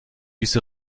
diese